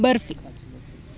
barfi